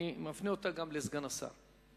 אני מפנה אותה גם לסגן השר.